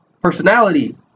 Personality